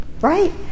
Right